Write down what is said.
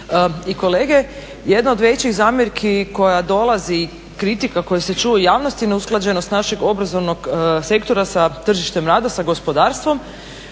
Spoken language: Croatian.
i kolege. Jedna od većih zamjerki koja dolazi i kritika koje se čuju u javnosti neusklađenost našeg obrazovnog sektora sa tržištem rada, sa gospodarstvom